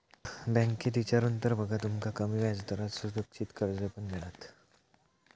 बँकेत इचारून तर बघा, तुमका कमी व्याजदरात सुरक्षित कर्ज पण मिळात